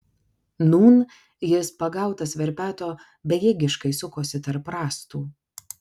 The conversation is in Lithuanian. nūn jis pagautas verpeto bejėgiškai sukosi tarp rąstų